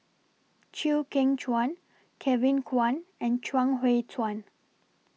Chew Kheng Chuan Kevin Kwan and Chuang Hui Tsuan